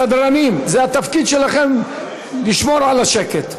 סדרנים, זה התפקיד שלכם לשמור על השקט.